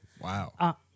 Wow